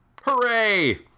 hooray